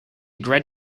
great